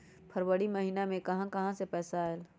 फरवरी महिना मे कहा कहा से पैसा आएल?